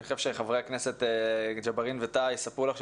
אני חושב שחברי הכנסת ג'אברין וטאהא יספרו לך,